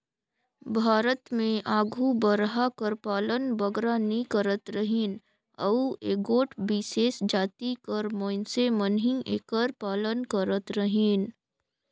भारत में आघु बरहा कर पालन बगरा नी करत रहिन अउ एगोट बिसेस जाति कर मइनसे मन ही एकर पालन करत रहिन